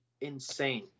insane